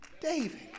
David